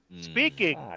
speaking